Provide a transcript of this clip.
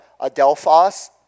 adelphos